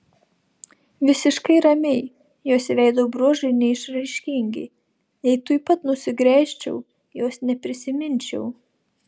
visiškai ramiai jos veido bruožai neišraiškingi jei tuoj pat nusigręžčiau jos neprisiminčiau